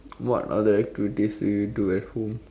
what other activities do you do at home